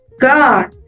God